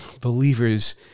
believers